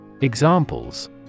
Examples